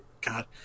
God